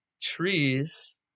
Trees